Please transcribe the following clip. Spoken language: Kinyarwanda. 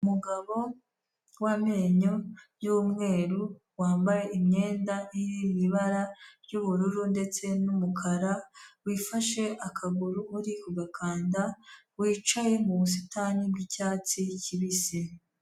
Umugabo w'amenyo y'umweru, wambaye imyenda iri mu ibara ry'ubururu ndetse n'umukara, wifashe akaguru uri kugakanda, wicaye mu busitani bw'icyatsi kibisi.